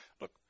look